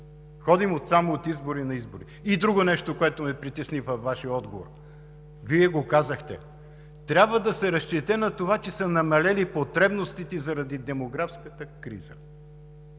Ходим там само от избори на избори. И друго нещо, което ме притесни във Вашия отговор – казахте, че трябва да се разчита на това, че са намалели потребностите заради демографската криза.